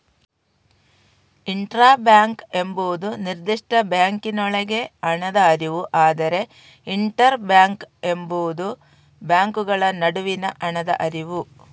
intra bank ಎಂಬುದು ನಿರ್ದಿಷ್ಟ ಬ್ಯಾಂಕಿನೊಳಗೆ ಹಣದ ಹರಿವು, ಆದರೆ ಇಂಟರ್ ಬ್ಯಾಂಕ್ ಎಂಬುದು ಬ್ಯಾಂಕುಗಳ ನಡುವಿನ ಹಣದ ಹರಿವು